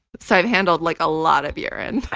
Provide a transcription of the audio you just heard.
so i've handled like a lot of urine.